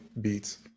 beats